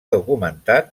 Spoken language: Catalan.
documentat